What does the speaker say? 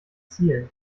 zielen